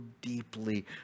deeply